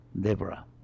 Deborah